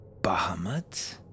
Bahamut